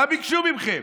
מה ביקשו מכם?